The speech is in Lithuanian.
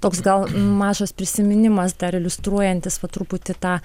toks gal mažas prisiminimas dar iliustruojantis va truputį tą